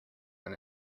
when